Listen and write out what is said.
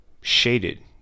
shaded